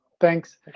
Thanks